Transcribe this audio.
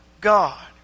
God